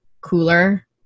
cooler